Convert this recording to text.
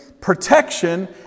protection